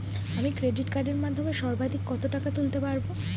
আমি ক্রেডিট কার্ডের মাধ্যমে সর্বাধিক কত টাকা তুলতে পারব?